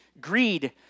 greed